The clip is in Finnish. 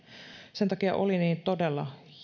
sen takia oli niin todella